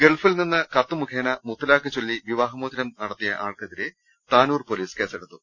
ഗൾഫിൽ നിന്ന് കത്തുമുഖേന മുത്തലാഖ് ചൊല്ലി വിവാഹമോ ചനം നടത്തിയ ആൾക്കെതിരെ താനൂർ പൊലീസ് കേസെടുത്തു